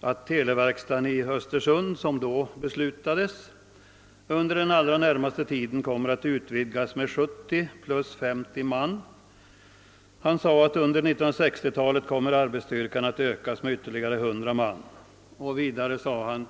att televerkstaden i Östersund, som det då fattades beslut om, under den allra närmaste tiden skulle komma att utvidgas med 70 plus 50 man, och han tillade att under 1960-talet skulle arbetsstyrkan komma att ökas med ytterligare cirka 100 man.